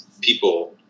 people